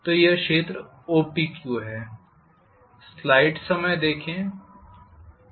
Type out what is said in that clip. तो यह क्षेत्र OPQ है